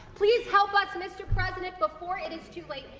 please, help us, mr. president before it is too late,